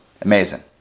Amazing